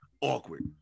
awkward